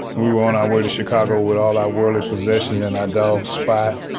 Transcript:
we were on our way to chicago with all our worldly possessions and our dog spot.